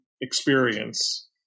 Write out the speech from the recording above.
experience